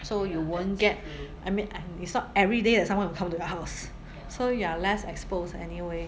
so you won't get I mean it's not everyday that someone will come to your house so you are less exposed anyway